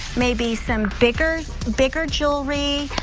maybe some bigger bigger jewelry,